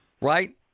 Right